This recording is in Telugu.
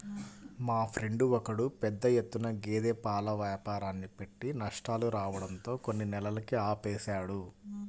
మా ఫ్రెండు ఒకడు పెద్ద ఎత్తున గేదె పాల వ్యాపారాన్ని పెట్టి నష్టాలు రావడంతో కొన్ని నెలలకే ఆపేశాడు